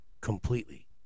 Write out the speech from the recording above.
completely